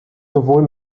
sowohl